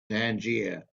tangier